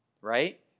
right